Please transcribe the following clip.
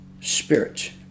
spirit